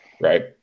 right